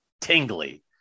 tingly